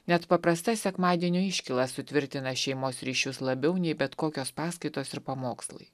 net paprasta sekmadienio iškyla sutvirtina šeimos ryšius labiau nei bet kokios paskaitos ir pamokslai